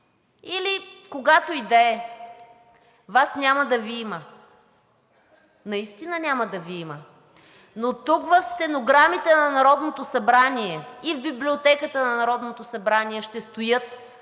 или когато и да е, Вас няма да Ви има, наистина няма да Ви има, но тук в стенограмите на Народното събрание и в Библиотеката на Народното събрание ще стоят